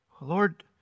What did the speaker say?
Lord